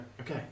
Okay